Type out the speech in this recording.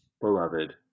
Beloved